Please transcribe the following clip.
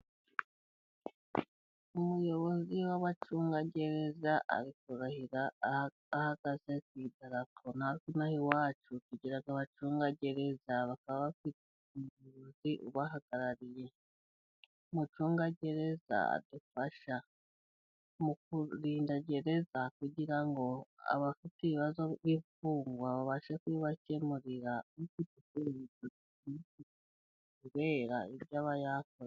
Umuyobozi w'abacungagereza ari kurahira ahagaze ku idarapo , natwe inaha iwacu tugira abacungagereza, bakaba bafite umuyobozi ubahagarariye, umucungagereza adufasha mu kurinda gereza kugira ngo abafite ibibazo by'imfungwa babashe kubibakemurira kubera ibyo aba yakoze.